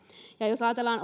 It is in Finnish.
ja jos ajatellaan